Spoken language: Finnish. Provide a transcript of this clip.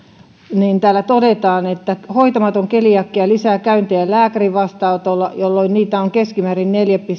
niin täällä todetaan että hoitamaton keliakia lisää käyntejä lääkärin vastaanotolla jolloin niitä on keskimäärin neljä pilkku